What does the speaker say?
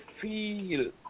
feel